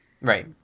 Right